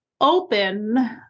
open